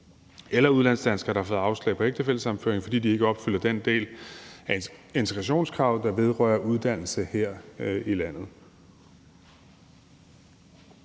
været udlandsdanskere, der har fået afslag på ægtefællesammenføring, fordi de ikke opfylder den del af integrationskravet, der vedrører uddannelse her i landet.